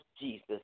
Jesus